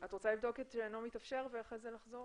את רוצה לבדוק את "שאינו מתאפשר" ואחר כך לחזור?